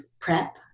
prep